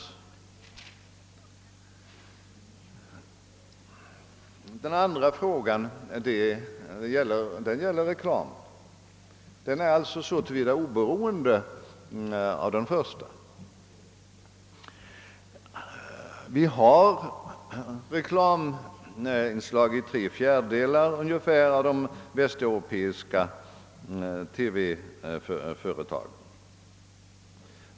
Den andra frågan gäller TV-reklam och är alltså oberoende av den första. Det förekommer reklaminslag i omkring tre fjärdedelar av de västeuropeiska TV-företagen.